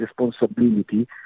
responsibility